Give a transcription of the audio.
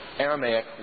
Aramaic